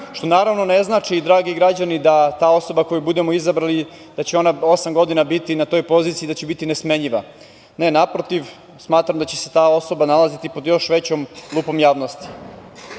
Što, naravno ne znači, dragi građani, da ta osoba koju budemo izabrali da će ona osam godina biti na toj poziciji i da će biti nesmenjiva. Naprotiv, smatram da će se ta osoba nalazite pod još većom lupom javnosti. Ono